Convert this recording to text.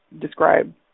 describe